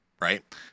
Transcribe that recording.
right